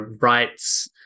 rights